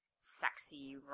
sexy